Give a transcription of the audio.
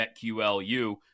BetQLU